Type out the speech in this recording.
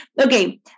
Okay